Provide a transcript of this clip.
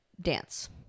dance